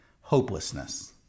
hopelessness